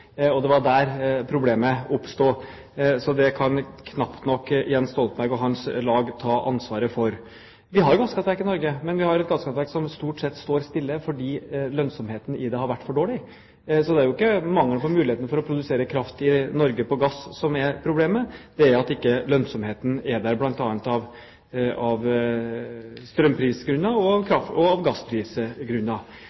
hans lag ta ansvaret for. Vi har jo gasskraftverk i Norge, men vi har et gasskraftverk som stort sett står stille, fordi lønnsomheten i det har vært for dårlig. Det er ikke mangel på muligheten til å produsere kraft på gass i Norge som er problemet, det er at ikke lønnsomheten er der, bl.a. av strømprisgrunner og av